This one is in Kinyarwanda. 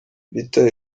rita